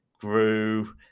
grew